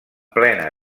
plena